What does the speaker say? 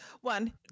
One